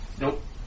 Nope